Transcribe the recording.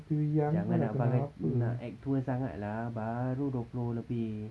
jangan nak bagai act tua sangat lah baru dua puluh lebih